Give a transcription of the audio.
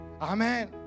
amen